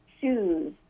shoes